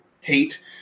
hate